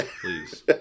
please